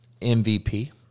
MVP